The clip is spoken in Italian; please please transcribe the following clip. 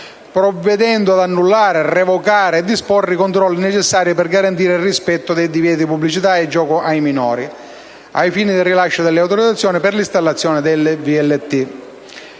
provvedendo ad annullare, revocare e disporre i controlli necessari per garantire il rispetto dei divieti di pubblicità e gioco ai minori, ai fini del rilascio delle autorizzazioni per l'installazione delle VLT;